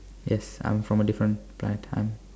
yes I'm from a different planet I'm